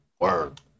Word